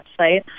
website